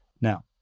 Now